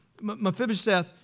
Mephibosheth